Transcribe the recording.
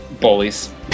Bullies